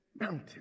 mountain